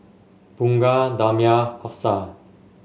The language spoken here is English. Bunga Damia Hafsa